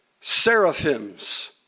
Seraphims